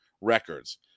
records